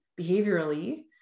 behaviorally